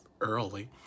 early